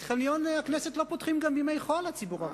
את חניון הכנסת לא פותחים גם בימי חול לציבור הרחב.